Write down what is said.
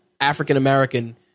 African-American